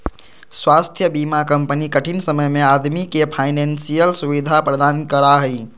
स्वास्थ्य बीमा कंपनी कठिन समय में आदमी के फाइनेंशियल सुविधा प्रदान करा हइ